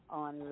on